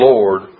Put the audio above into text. Lord